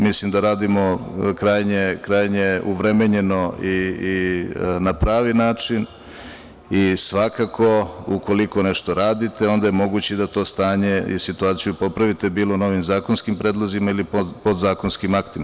Mislim da radimo krajnje uvremenjeno i na pravi način i svakako ukoliko nešto radite, onda je moguće da to stanje i situaciju popravite, bilo novim zakonskim predlozima ili podzakonskim aktima.